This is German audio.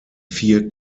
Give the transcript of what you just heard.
vier